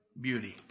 beauty